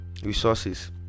resources